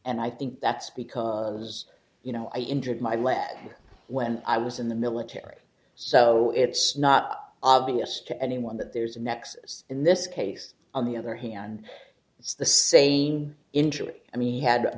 and i think that's because as you know i injured my leg when i was in the military so it's not obvious to anyone that there's a nexus in this case on the other hand it's the same injury i mean he had a